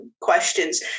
questions